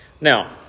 Now